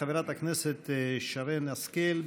חברת הכנסת שרן השכל,